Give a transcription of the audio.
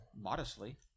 Modestly